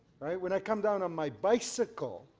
right when i come down on my bicycle,